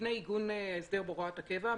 לפני עיגון הסדר בהוראת הקבע.